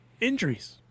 Injuries